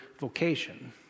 vocation